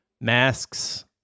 masks